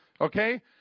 Okay